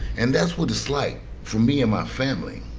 and that's what it's like for me and my family,